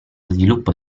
sviluppo